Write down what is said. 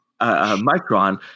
micron